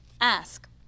Ask